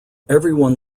everyone